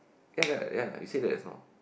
ya ya ya you said that is not